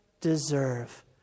deserve